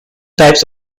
types